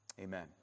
Amen